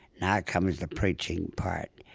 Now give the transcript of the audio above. now comes the preaching part.